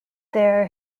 there